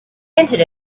hinted